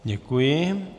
Děkuji.